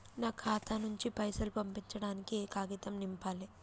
నా ఖాతా నుంచి పైసలు పంపించడానికి ఏ కాగితం నింపాలే?